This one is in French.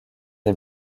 des